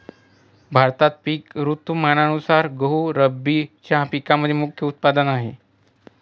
भारतामध्ये पिक ऋतुमानानुसार गहू रब्बीच्या पिकांचे मुख्य उत्पादन आहे